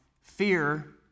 fear